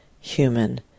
human